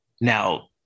Now